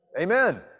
amen